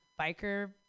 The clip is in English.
biker